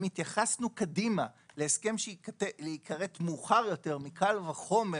אם התייחסנו קדימה להסכם שייכרת מאוחר יותר מקל וחומר,